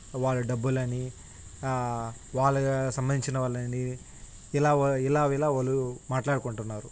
వాళ్ళ డబ్బులు అని వాళ్ళ సంబంధించిన వాళ్ళని ఇలా వ ఇలా ఇలా వాళ్ళు మాట్లాడుకుంటున్నారు